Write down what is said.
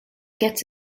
gets